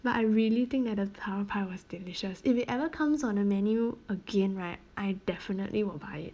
but I really think that the taro pie was delicious if it ever comes on the menu again right I definitely will buy it